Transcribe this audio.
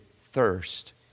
thirst